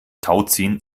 tauziehen